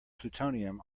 plutonium